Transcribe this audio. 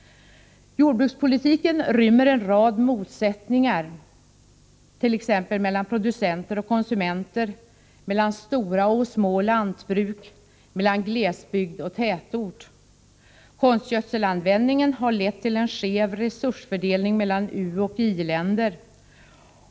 Jordbrukspolitiken rymmer en rad motsättningar, t.ex. mellan producenter och konsumenter, mellan stora och små lantbruk, mellan glesbygd och tätort. Konstgödselanvändningen har lett till en skev resursfördelning mellan uoch i-länder.